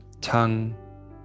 tongue